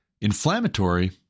inflammatory